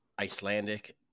Icelandic